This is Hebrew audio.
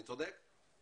אני צודק?